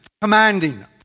commanding